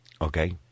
Okay